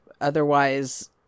otherwise